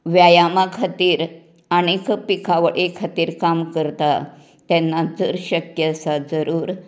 व्यायामा खातीर आनीक पिकावळी खातीर काम करता तेन्नाच जर शक्य आसा जरूर